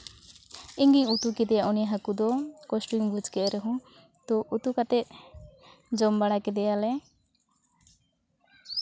ᱤᱧᱜᱤᱧ ᱩᱛᱩ ᱠᱮᱫᱮᱭᱟ ᱩᱱᱤ ᱦᱟᱹᱠᱩ ᱫᱚ ᱠᱚᱥᱴᱚᱧ ᱵᱩᱡᱽ ᱠᱮᱫ ᱨᱮᱦᱚᱸ ᱛᱚ ᱩᱛᱩ ᱠᱟᱛᱮᱫ ᱡᱚᱢ ᱵᱟᱲᱟ ᱠᱮᱫᱮᱭᱟᱞᱮ